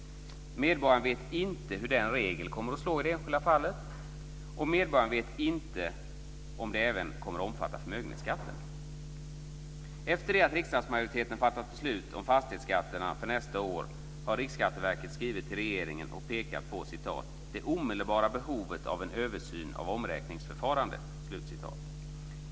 Medborgaren vet inte hur denna regel kommer att slå i det enskilda fallet. Och medborgaren vet inte om den även kommer att omfatta förmögenhetsskatten. Efter det att riksdagsmajoriteten fattade beslut om fastighetsskatterna för nästa år har Riksskatteverket skrivit till regeringen och pekat på det omedelbara behovet av en översyn av omräkningsförfarandet.